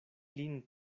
lin